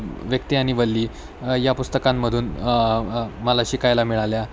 व्यक्ती आणि वल्ली या पुस्तकांमधून मला शिकायला मिळाल्या